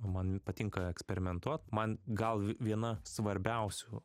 man patinka eksperimentuot man gal viena svarbiausių